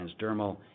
transdermal